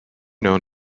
known